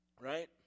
right